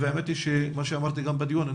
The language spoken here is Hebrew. האמת היא שכמו שאמרתי גם בדיון,